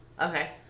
Okay